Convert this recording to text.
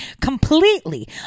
completely